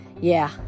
Yeah